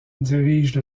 dirigent